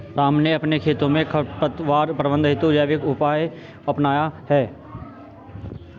राम ने अपने खेतों में खरपतवार प्रबंधन हेतु जैविक उपाय अपनाया है